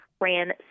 ran